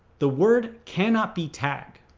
the word cannot be tag.